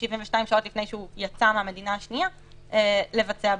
72 שעות לפני היציאה מהמדינה השנייה לבצע בדיקה.